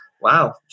wow